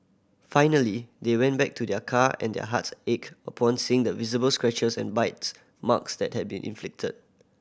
finally they went back to their car and their hearts ached upon seeing the visible scratches and bites marks that had been inflicted